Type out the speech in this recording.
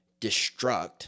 destruct